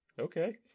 Okay